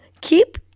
Keep